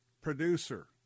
producer